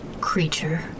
creature